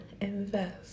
invest